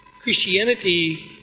Christianity